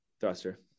thruster